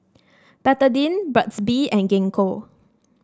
Betadine Burt's Bee and Gingko